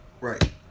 Right